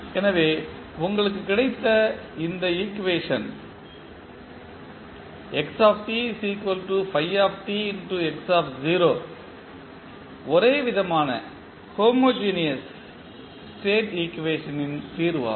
எனவே உங்களுக்கு கிடைத்த இந்த ஈக்குவேஷன் ஒரே விதமான ஸ்டேட் ஈக்குவேஷன்ட்ன் தீர்வாகும்